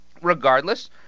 regardless